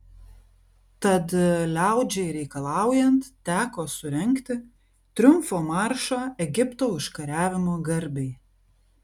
tad liaudžiai reikalaujant teko surengti triumfo maršą egipto užkariavimo garbei